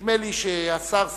נדמה לי שהשר שלום,